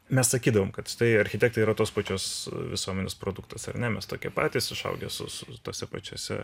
mes sakydavom kad štai architektai yra tos pačios visuomenės produktas ar ne mes tokie patys užaugę su su tose pačiose